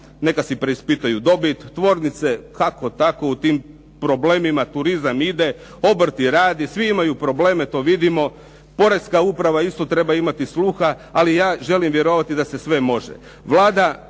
neka si preispitaju dobit, tvornice kako-tako u tim problemima, turizam ide, obrti rade, svi imaju probleme, to vidimo, poreska uprava isto treba imati sluha, ali ja želim vjerovati da se sve može.